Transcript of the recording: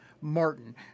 Martin